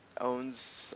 owns